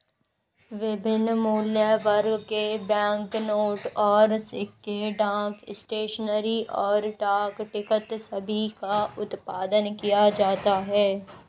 विभिन्न मूल्यवर्ग के बैंकनोट और सिक्के, डाक स्टेशनरी, और डाक टिकट सभी का उत्पादन किया जाता है